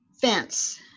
fence